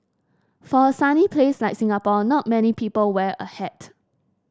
for a sunny place like Singapore not many people wear a hat